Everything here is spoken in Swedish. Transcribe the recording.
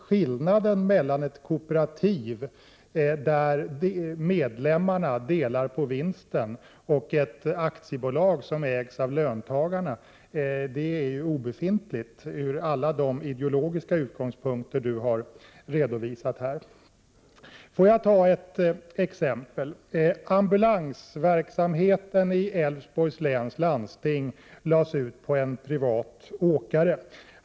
Skillnaden mellan ett kooperativ, där medlemmarna delar på vinsten, och ett aktiebolag som ägs av de anställda är ju obefintlig från alla de ideologiska utgångspunkter som Claes Roxbergh har redovisat här. Låt mig ta ett exempel. Ambulansverksamheten i Älvsborgs läns landsting lades ut på en privat åkare.